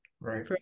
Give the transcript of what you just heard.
right